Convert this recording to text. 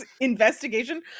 investigation